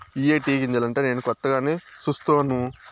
ఇయ్యే టీ గింజలంటా నేను కొత్తగానే సుస్తాను